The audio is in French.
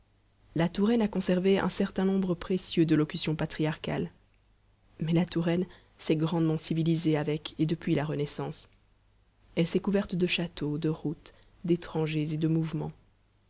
la touraine a conservé un certain nombre précieux de locutions patriarcales mais la touraine s'est grandement civilisée avec et depuis la renaissance elle s'est couverte de châteaux de routes d'étrangers et de mouvement